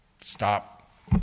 stop